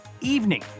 evening